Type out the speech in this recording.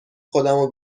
خودمو